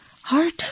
heart